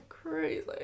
Crazy